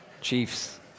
chiefs